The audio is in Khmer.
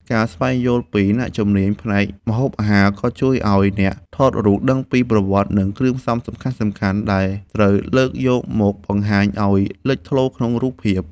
ការស្វែងយល់ពី អ្នកជំនាញផ្នែកម្ហូបអាហារ ក៏ជួយឱ្យអ្នកថតរូបដឹងពីប្រវត្តិ និងគ្រឿងផ្សំសំខាន់ៗ ដែលត្រូវលើកយកមកបង្ហាញឱ្យលេចធ្លោក្នុងរូបភាព។